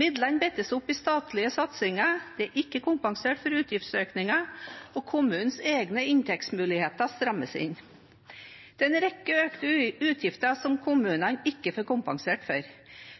Midlene bindes opp i statlige satsinger, det er ikke kompensert for utgiftsøkninger, og kommunenes egne inntektsmuligheter strammes inn. Det er en rekke økte utgifter som kommunene ikke får kompensert for.